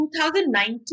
2019